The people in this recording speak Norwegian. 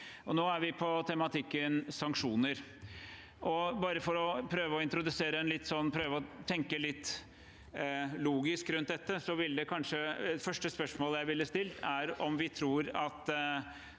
Nå er vi på tematikken sanksjoner. For å prøve å tenke litt logisk rundt dette er kanskje det første spørsmålet jeg ville stilt, om vi tror at